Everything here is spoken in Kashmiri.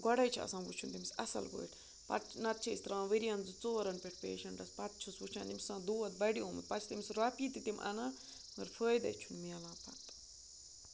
گۄڈَے چھُ آسان وٕچھُن تٔمِس اَصٕل پٲٹھۍ پَتہٕ نَتہٕ چھِ أسۍ ترٛاوان ؤرِیَن زٕ ژورَن پٮ۪ٹھ پیشَنٹَس پَتہٕ چھُس وٕچھان ییٚمِس آسان دود بَڑیومُت پَتہٕ چھِ تٔمِس رۄپیہِ تہِ تِم اَنان مَگر فٲیدَے چھُنہٕ مِلان پَتہٕ